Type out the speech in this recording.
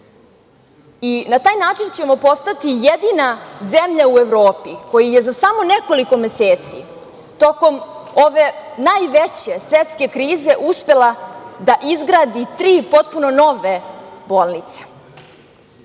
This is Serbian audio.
Na taj način ćemo postati jedina zemlja u Evropi koja je za samo nekoliko meseci tokom ove najveće svetske krize uspela da izgradi tri potpuno nove bolnice. Moram